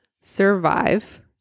survive